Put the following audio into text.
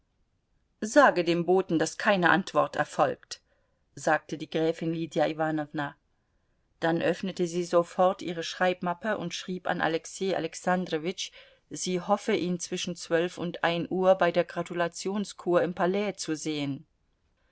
sage dem boten daß keine antwort erfolgt sagte die gräfin lydia iwanowna dann öffnete sie sofort ihre schreibmappe und schrieb an alexei alexandrowitsch sie hoffe ihn zwischen zwölf und ein uhr bei der gratulationscour im palais zu sehen